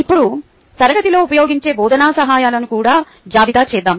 ఇప్పుడు తరగతిలో ఉపయోగించే బోధనా సహాయాలను కూడా జాబితా చేద్దాం